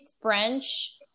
French